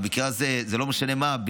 במקרה הזה זה לא משנה מה,